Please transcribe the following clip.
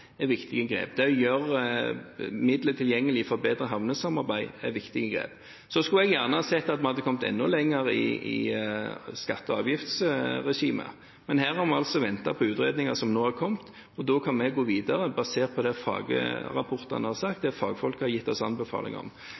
viktige inngrep. Det å gjøre midler tilgjengelig for bedre havnesamarbeid er viktige grep. Så skulle jeg gjerne sett at vi hadde kommet enda lenger i skatte- og avgiftsregimet, men her har vi ventet på utredninger som nå er kommet, og da kan vi gå videre, basert på det fagrapportene har sagt, det fagfolk har gitt oss anbefaling om.